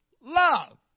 Love